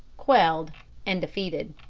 quelled and defeated.